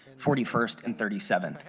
forty first and thirty seven.